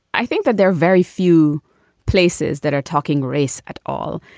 i think that there are very few places that are talking race at all.